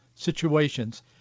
situations